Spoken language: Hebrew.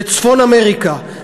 בצפון-אמריקה,